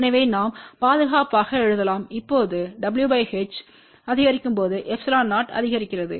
எனவே நாம் பாதுகாப்பாக எழுதலாம் இப்போது w h அதிகரிக்கும்போது ε0அதிகரிக்கிறது